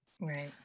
Right